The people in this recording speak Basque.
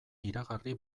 iragarri